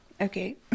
Okay